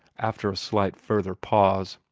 after a slight further pause.